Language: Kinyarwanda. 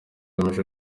ugamije